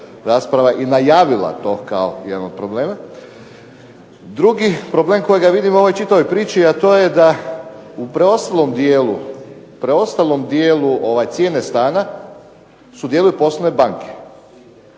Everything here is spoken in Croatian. i najavila to kao jedan od problema. Drugi problem kojega vidim u ovoj čitavoj priči a to je da u preostalom dijelu cijene stana sudjeluju poslovne banke.